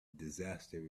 disaster